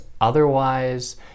otherwise